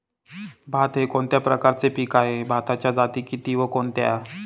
भात हे कोणत्या प्रकारचे पीक आहे? भाताच्या जाती किती व कोणत्या?